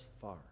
far